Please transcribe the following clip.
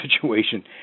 situation